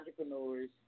entrepreneurs